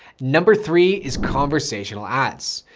number three is conversational ads.